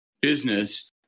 business